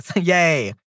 Yay